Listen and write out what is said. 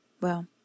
Well